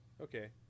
okay